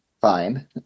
fine